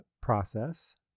process